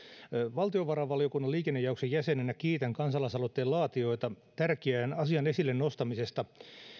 valtiovarainvaliokunnan liikennejaoksen jäsenenä kiitän kansalaisaloitteen laatijoita tärkeän asian esille nostamisesta